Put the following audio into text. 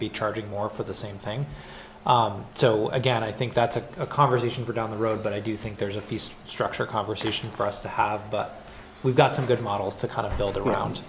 be charging more for the same thing so again i think that's a conversation for down the road but i do think there's a feast structure conversation for us to have but we've got some good models to kind of build around